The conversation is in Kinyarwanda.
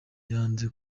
yanze